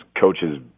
coaches